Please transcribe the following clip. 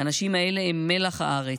האנשים האלה הם מלח הארץ,